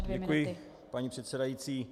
Děkuji, paní předsedající.